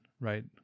right